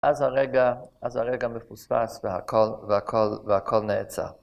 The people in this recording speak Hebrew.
אז הרגע, אז הרגע מפוספס והכל נעצר.